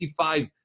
55